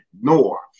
North